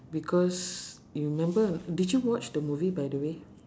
because you remember did you watch the movie by the way